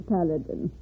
Paladin